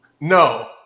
No